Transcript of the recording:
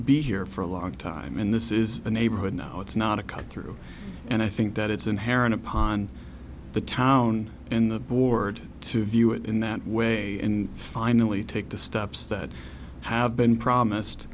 be here for a long time and this is a neighborhood now it's not a cut through and i think that it's inherent upon the town and the board to view it in that way and finally take the steps that have been promised